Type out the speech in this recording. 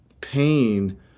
pain